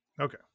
Okay